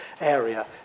area